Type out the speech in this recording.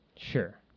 sure